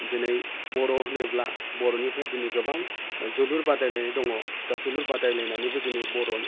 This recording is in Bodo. दिनै बर' होनोब्ला बर'निफ्राय दिनै गोबां जोलुर बादायलायनाय दङ दा जोलुर बादायलायनानैबो दिनै बर'